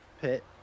pit